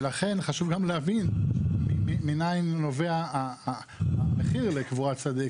ולכן חשוב להבין מניין נובע המחיר לקבורת שדה,